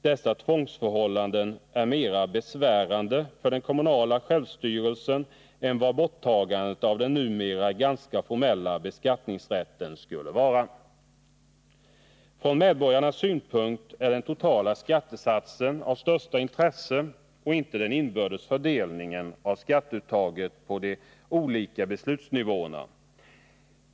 Dessa tvångsförhållanden är mera besvärande för den kommunala självstyrelsen än vad borttagandet av den numera ganska formella beskattningsrätten skulle vara. Från medborgarnas synpunkt är det den totala skattesatsen som är av störst intresse och inte den inbördes fördelningen av skatteuttaget på de olika beslutsnivåerna.